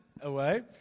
away